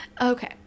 okay